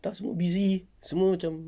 entah semua busy semua macam